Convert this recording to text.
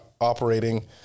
operating